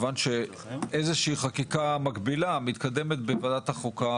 יש איזושהי חקיקה מקבילה מתקדמת בוועדת החוקה.